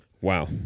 Wow